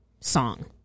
song